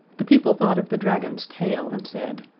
the people thought of the dragon's tail and said,